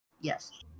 Yes